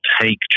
take